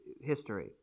history